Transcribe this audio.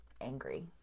angry